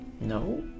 No